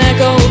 Echo